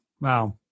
Wow